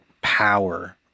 power